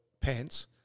pants